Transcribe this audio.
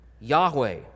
Yahweh